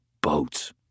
boats